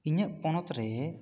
ᱤᱧᱟᱹᱜ ᱯᱚᱱᱚᱛ ᱨᱮ